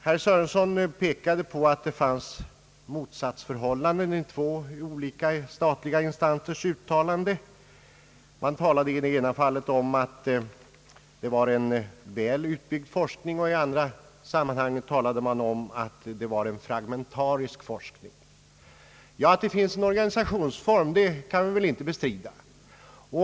Herr Sörenson pekade på att det fanns ett motsatsförhållande mellan två olika statliga instansers uttalanden. I det ena fallet talade man om att det var en väl utbyggd forskning, och i det andra sammanhanget talade man om att det var en fragmentarisk forskning. Att det finns en organisationsform kan vi väl inte bestrida.